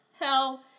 Hell